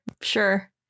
Sure